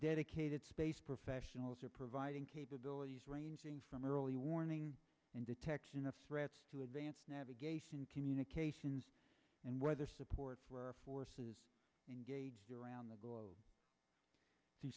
dedicated space professionals are providing capabilities ranging from early warning and detection of threats to advance navigation communications and weather support for our forces around the